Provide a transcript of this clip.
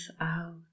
out